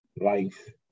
life